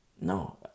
No